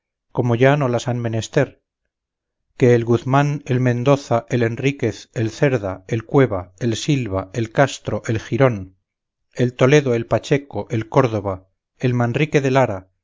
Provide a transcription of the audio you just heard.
como ya no las han menester que el guzmán el mendoza el enríquez el cerda el cueva el silva el castro el girón el toledo el pacheco el córdova el manrique de lara